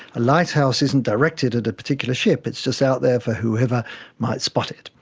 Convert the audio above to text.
a lighthouse isn't directed at a particular ship, it's just out there for whoever might spot it.